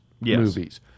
movies